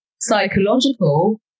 psychological